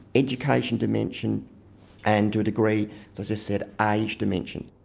education dimension and, to a degree, as i said, age dimension.